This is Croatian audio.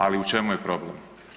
Ali u čemu je problem?